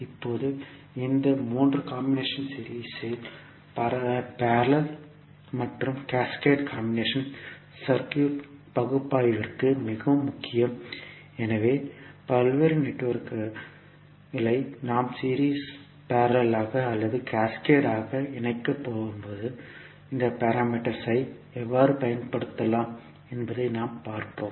இப்போது இந்த 3 combination series parallel மற்றும் கேஸ்கேட் காம்பினேஷன் சர்க்யூட் பகுப்பாய்விற்கு மிகவும் முக்கியம் எனவே பல்வேறு நெட்வொர்க்குகளை நாம் சீரிஸ் பார்லல் ஆக அல்லது கேஸ்கேட் ஆக இணைக்கும்போது இந்த பாராமீட்டர்ஸ் ஐ எவ்வாறு பயன்படுத்தலாம் என்பதை இப்போது பார்ப்போம்